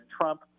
Trump